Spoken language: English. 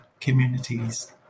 communities